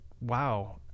wow